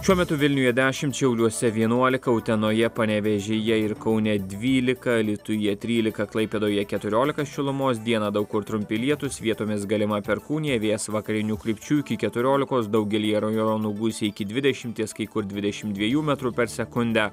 šiuo metu vilniuje dešimt šiauliuose vienuolika utenoje panevėžyje ir kaune dvylika alytuje trylika klaipėdoje keturiolika šilumos dieną daug kur trumpi lietūs vietomis galima perkūnija vėjas vakarinių krypčių iki keturiolikos daugelyje rajonų gūsiai iki dvidešimties kai kur dvidešimt dviejų metrų per sekundę